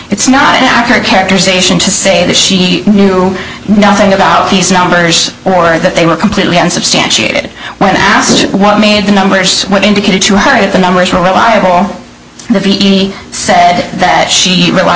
it's not an accurate characterization to say that she knew nothing about these numbers or that they were completely unsubstantiated when asked what made the numbers but indicated to her if the numbers were reliable that he said that she